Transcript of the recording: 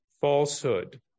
falsehood